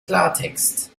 klartext